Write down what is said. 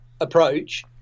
approach